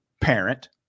parent